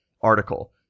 article